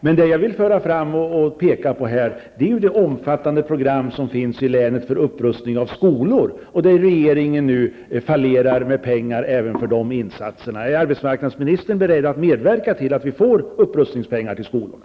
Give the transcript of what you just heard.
Här vill jag dock föra fram och peka på det omfattande program som finns i länet för upprustning av skolor. Regeringen saknar pengar även för dessa insatser. Är arbetsmarknadsministern beredd att medverka till att vi får pengar för att rusta upp skolorna?